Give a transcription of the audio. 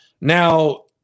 now